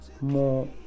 more